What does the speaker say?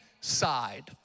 side